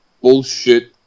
bullshit